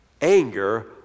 Anger